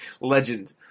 Legend